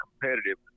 competitive